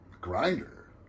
Grinder